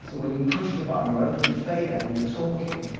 so when you push the button or open the fader and you're talking,